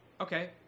Okay